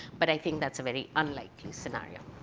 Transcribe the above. but i think that's a very unlikely scenario.